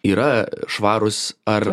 yra švarūs ar